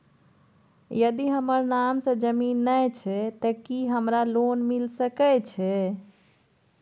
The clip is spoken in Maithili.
यदि हमर नाम से ज़मीन नय छै ते की हमरा लोन मिल सके छै?